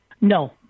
No